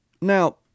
Now